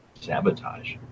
sabotage